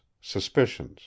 suspicions